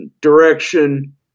direction